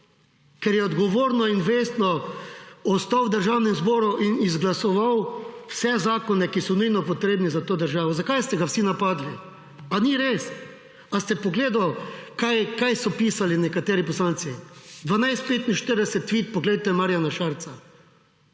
ker je odgovorno in vestno ostal v Državnem zboru in izglasoval vse zakone, ki so nujno potrebni za to državo. Zakaj ste ga vsi napadli? Ali ni res? Ali ste pogledal, kaj so pisali nekateri poslanci. 12.45, tvit poglejte, Marjana Šarca.